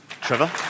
Trevor